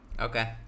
Okay